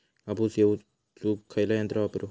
कापूस येचुक खयला यंत्र वापरू?